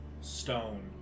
stone